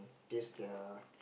taste their